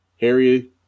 Harry